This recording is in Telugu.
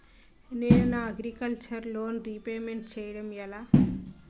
నేను నా అగ్రికల్చర్ లోన్ రీపేమెంట్ చేయడం ఎలా?